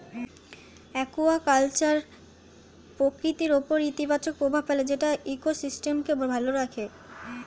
aquaculture প্রকৃতির উপর ইতিবাচক প্রভাব ফেলে যেটা ইকোসিস্টেমকে ভালো রাখে